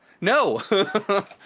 No